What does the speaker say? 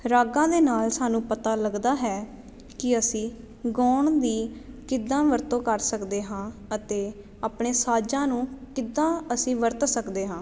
ਰਾਗਾਂ ਦੇ ਨਾਲ ਸਾਨੂੰ ਪਤਾ ਲੱਗਦਾ ਹੈ ਕਿ ਅਸੀਂ ਗਾਉਣ ਦੀ ਕਿੱਦਾਂ ਵਰਤੋਂ ਕਰ ਸਕਦੇ ਹਾਂ ਅਤੇ ਆਪਣੇ ਸਾਜ਼ਾਂ ਨੂੰ ਕਿੱਦਾਂ ਅਸੀਂ ਵਰਤ ਸਕਦੇ ਹਾਂ